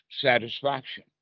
satisfaction